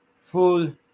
full